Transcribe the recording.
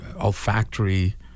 olfactory